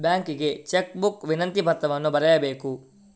ಬ್ಯಾಂಕಿಗೆ cheque book ವಿನಂತಿ ಪತ್ರವನ್ನು ಬರೆಯಬೇಕು